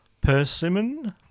Persimmon